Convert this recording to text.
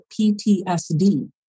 PTSD